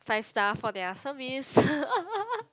five star for their service